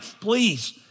Please